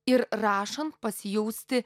ir rašant pasijausti